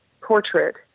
portrait